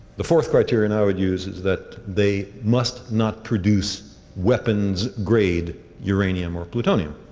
the fourth criterion i would use is that they must not produce weapons-grade uranium or plutonium,